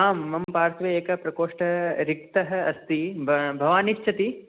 आं मम पार्श्वे एकः प्रकोष्ठः रिक्तः अस्ति भ भवान् इच्छति